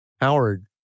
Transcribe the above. Howard